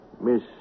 Miss